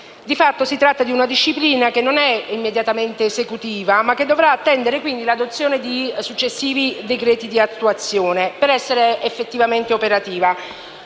Di fatto si tratta di una disciplina non immediatamente esecutiva, ma che dovrà attendere l'adozione di successivi decreti di attuazione per essere effettivamente operativa.